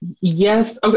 Yes